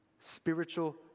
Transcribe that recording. spiritual